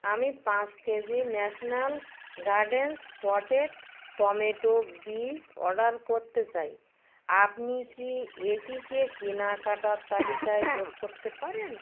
আমি পাঁচ KG National Gardens potted tomato বীজ অডার করতে চাই আপনি কি এটিকে কেনাকাটার তালিকায় যোগ করতে পারেন